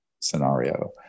scenario